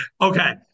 Okay